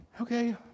Okay